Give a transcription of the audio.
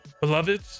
beloved